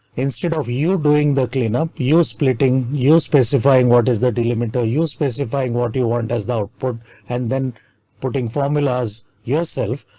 instead of you doing the clean up you splitting, you specifying what is that element? are you specifying what you you want as the output and then putting formulas yourself?